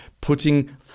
putting